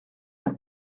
n’a